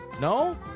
No